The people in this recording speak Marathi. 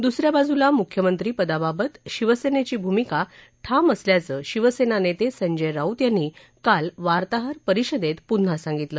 दुसऱ्या बाजूला मुख्यमंत्रीपदावावत शिवसेनेची भूमिका ठाम असल्याचं शिवसेना नेते संजय राऊत यांनी काल वार्ताहर परिषदेत पुन्हा सांगितलं